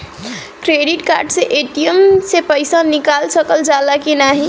Credit card से ATM से पइसा निकाल सकल जाला की नाहीं?